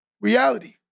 Reality